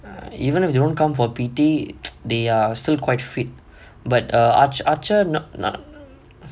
even if you won't come for P_T they are still quite fit but err arch archer not not